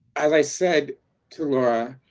as i said to laura,